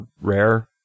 rare